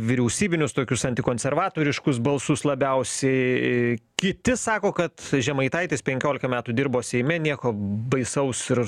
vyriausybinius tokius antikonservatoriškus balsus labiausiai kiti sako kad žemaitaitis penkiolika metų dirbo seime nieko baisaus ir